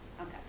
Okay